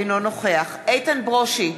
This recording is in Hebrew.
אינו נוכח איתן ברושי,